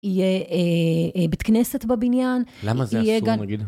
יהיה בית כנסת בבניין. למה זה אסור, נגיד?